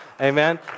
amen